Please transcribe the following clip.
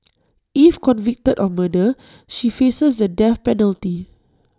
if convicted of murder she faces the death penalty